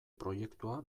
proiektua